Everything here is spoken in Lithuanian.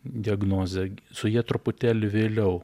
diagnoze su ja truputėlį vėliau